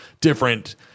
different